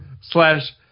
slash